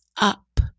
up